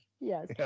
Yes